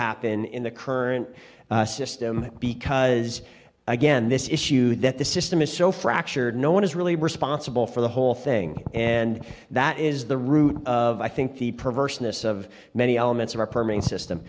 happen in the current system because again this issue that the system is so fractured no one is really responsible for the whole thing and that is the root of i think the perverseness of many elements of our perming system